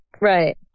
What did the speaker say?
Right